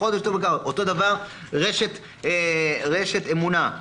כנ"ל רשת אמונה.